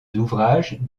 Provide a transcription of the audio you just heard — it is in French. d’ouvrage